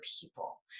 people